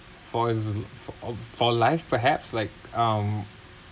for as for of for life perhaps like um